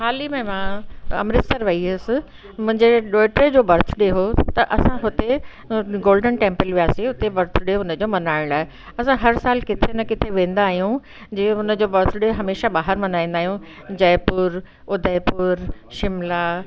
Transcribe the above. हाली में मां अमृत्सर वई हुअसि मुंहिंजे ॾोहिटे जो बर्थडे हुओ त असां हुते गोल्डन टैंपल वियासीं हुते बर्थडे हुन जो मल्हाइण लाइ त हर सालु किथे न किथे वेंदा आहियूं जीअं हुन जो बर्थडे हमेशा ॿाहिरि मल्हाईंदा आहियूं जयपुर उदयपुर शिमला